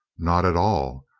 not at all.